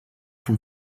from